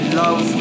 love